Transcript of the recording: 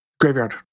Graveyard